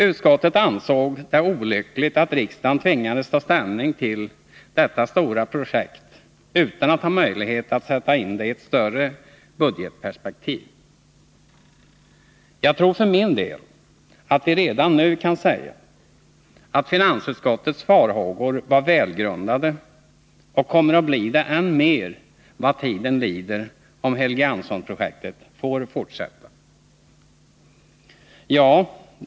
Utskottet ansåg det olyckligt att riksdagen tvingades ta ställning till detta stora projekt utan att ha möjlighet att sätta in det i ett större budgetperspektiv. Jag tror för min del att vi redan nu kan säga att finansutskottets farhågor var välgrundade och kommer att bli det än mer vad tiden lider om Helgeandsholmsprojektet får fortsätta.